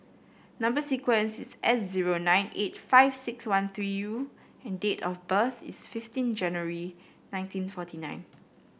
number sequence is S zero nine eight five six one three U and date of birth is fifteen January nineteen forty nine